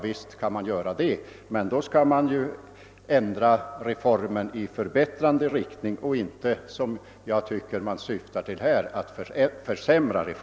Visst kan man göra det, men då skall man ändra reformen i förbättrande riktning och inte, vilket jag anser att man gör här, försämra den.